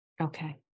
okay